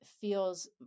feels